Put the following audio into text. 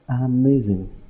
Amazing